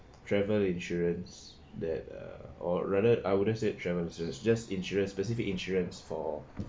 travel insurance that uh or rather I wouldn't say travel insurance just insurance specific insurance for